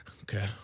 Okay